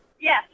Yes